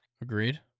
Agreed